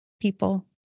people